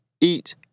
eat